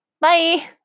Bye